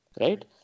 right